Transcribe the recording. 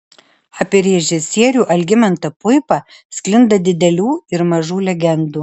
apie režisierių algimantą puipą sklinda didelių ir mažų legendų